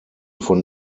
von